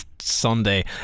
Sunday